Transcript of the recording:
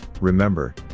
remember